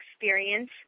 experience